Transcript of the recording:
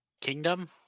kingdom